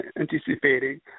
anticipating